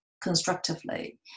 constructively